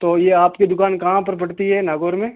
तो यह आपकी दुकान कहाँ पर पड़ती है नागवर में